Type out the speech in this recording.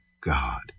God